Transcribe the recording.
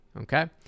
okay